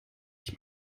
ich